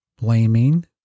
blaming